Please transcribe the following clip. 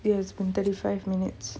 it's about thirty five minutes